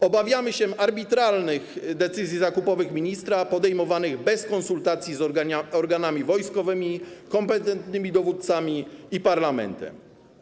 Obawiamy się arbitralnych decyzji zakupowych ministra podejmowanych bez konsultacji z organami wojskowymi, kompetentnymi dowódcami i parlamentem.